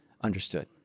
understood